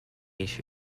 niche